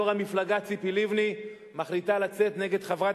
יו"ר המפלגה ציפי לבני מחליטה לצאת נגד חברת